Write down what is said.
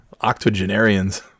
octogenarians